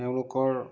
তেওঁলোকৰ